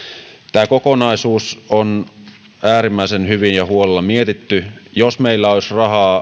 tämä kokonaisuus on äärimmäisen hyvin ja huolella mietitty jos meillä olisi